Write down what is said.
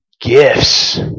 gifts